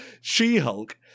She-Hulk